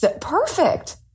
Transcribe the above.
Perfect